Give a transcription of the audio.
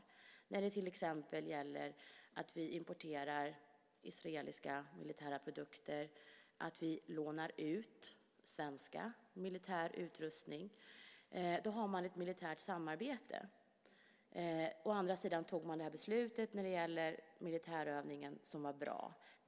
Det gäller till exempel att vi importerar israeliska militära produkter, och vi lånar ut svensk militär utrustning. Då har man ett militärt samarbete. Å andra sidan fattade man beslutet när det gäller militärövningen som var bra.